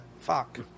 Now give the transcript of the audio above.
fuck